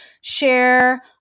share